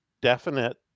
definite